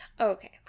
Okay